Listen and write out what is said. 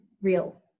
real